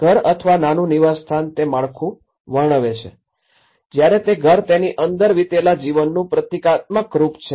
ઘર અથવા નાનું નિવાસસ્થાન તે માળખું વર્ણવે છે જ્યારે તે ઘર તેની અંદર વિતાવેલા જીવનનું પ્રતીકાત્મક રૂપ છે